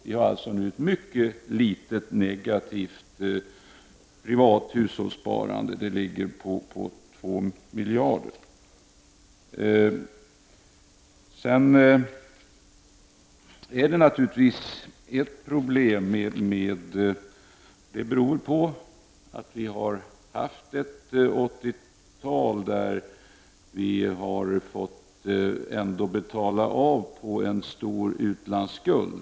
Vi har nu ett mycket litet negativt privat hushållssparande i Sverige. Det ligger på 2 miljarder kronor. Det finns naturligtvis problem som beror på att vi under 80-talet har fått betala av på en stor utlandsskuld.